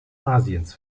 asiens